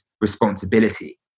responsibility